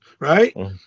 right